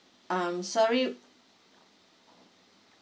um sorry